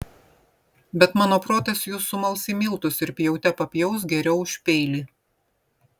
bet mano protas jus sumals į miltus ir pjaute papjaus geriau už peilį